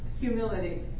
humility